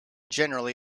generally